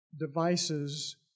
devices